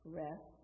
rest